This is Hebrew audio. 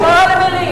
שמור על המלים.